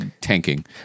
tanking